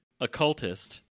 Occultist